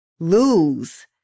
lose